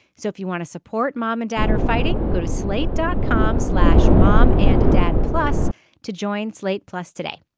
so if you want to support mom and dad are fighting. go to slate dot com slash mom and dad plus to join slate plus today.